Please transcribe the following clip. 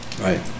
Right